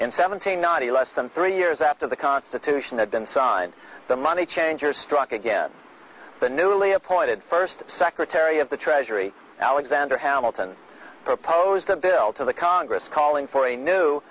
and seventeen not a less than three years after the constitution had been signed the money changers struck again the newly appointed first secretary of the treasury alexander hamilton proposed a bill to the congress calling for a new